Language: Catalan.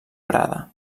prada